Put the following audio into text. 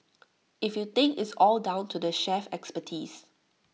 if you think it's all down to the chef's expertise